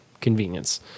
Convenience